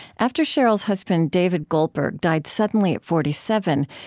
after sheryl's husband david goldberg died suddenly at forty seven,